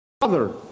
Father